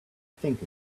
think